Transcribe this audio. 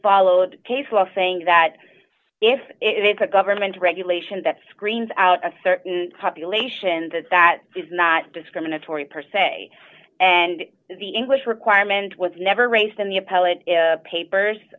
follow the case law saying that if it's a government regulation that screams out a certain population that that is not discriminatory per se and the english requirement was never raised in the